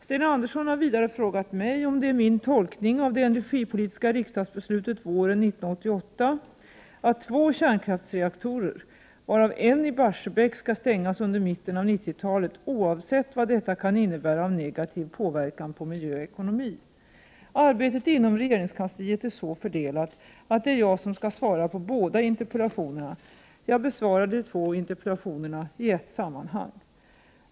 Sten Andersson har vidare frågat mig om det är min tolkning av det energipolitiska riksdagsbeslutet våren 1988 att två kärnkraftsreaktorer, varav en i Barsebäck, skall stängas under mitten av 90-talet oavsett vad detta kan innebära av negativ påverkan på miljö och ekonomi. Arbetet inom regeringskansliet är så fördelat att det är jag som skall svara på båda interpellationerna. Jag besvarar de två interpellationerna i ett sammanhang.